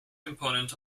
component